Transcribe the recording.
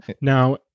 now